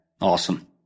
Awesome